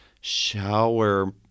shower